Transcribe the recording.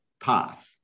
path